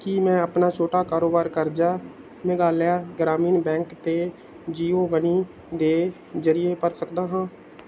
ਕੀ ਮੈਂ ਆਪਣਾ ਛੋਟਾ ਕਾਰੋਬਾਰ ਕਰਜ਼ਾ ਮੇਘਾਲਿਆ ਗ੍ਰਾਮੀਣ ਬੈਂਕ ਅਤੇ ਜੀਓ ਮਨੀ ਦੇ ਜ਼ਰੀਏ ਭਰ ਸਕਦਾ ਹਾਂ